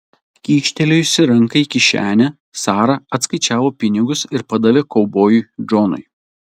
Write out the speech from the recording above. kyštelėjusi ranką į kišenę sara atskaičiavo pinigus ir padavė kaubojui džonui